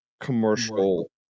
commercial